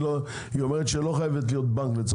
היא אומרת שהיא לא חייבת להיות בנק,